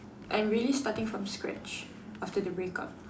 I'm really starting from scratch after the break-up